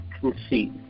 conceit